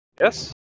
Yes